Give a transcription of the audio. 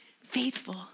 faithful